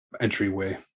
entryway